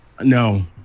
no